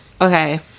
okay